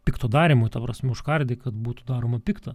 pikto darymui ta prasme užkardyk kad būtų daroma pikta